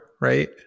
right